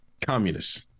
Communists